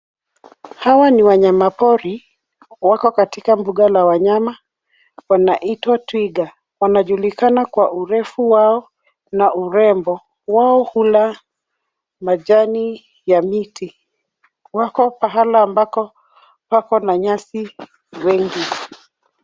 Hawa ni wanyama pori. Wako katika mbuga la wanyama. Wanaitwa twiga, wanajulikana kwa urefu wao na urembo. Wao hula majani ya miti. Wako pahali ambako pako na nyasi nyingi.